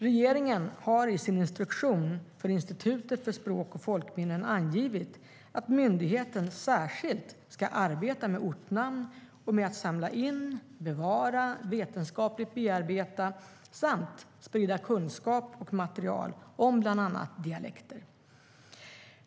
Regeringen har i sin instruktion för Institutet för språk och folkminnen angivit att myndigheten särskilt ska arbeta med ortnamn och med att samla in, bevara, vetenskapligt bearbeta samt sprida kunskap och material om bland annat dialekter.